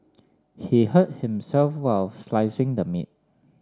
he hurt himself while slicing the meat